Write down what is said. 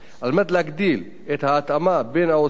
על מנת להגדיל את ההתאמה בין ההוצאות